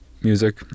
music